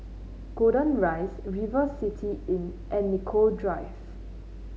Golden Rise River City Inn and Nicoll Drive